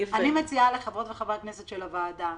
אני מציעה לחברות וחברי הכנסת של הוועדה